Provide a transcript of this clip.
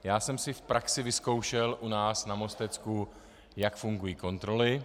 Já jsem si v praxi vyzkoušel u nás na Mostecku, jak fungují kontroly.